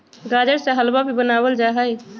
गाजर से हलवा भी बनावल जाहई